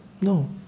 No